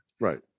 Right